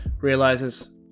realizes